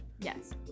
Yes